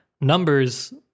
numbers